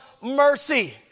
mercy